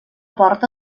porta